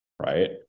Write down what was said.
Right